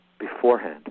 beforehand